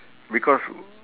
because